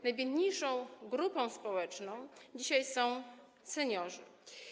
Najbiedniejszą grupą społeczną są dzisiaj seniorzy.